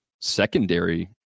secondary